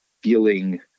feeling